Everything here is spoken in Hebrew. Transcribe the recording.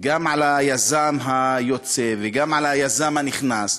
גם היזם היוצא וגם היזם הנכנס,